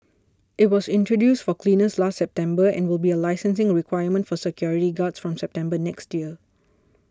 it was introduced for cleaners last September and will be a licensing requirement for security guards from September next year